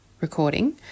recording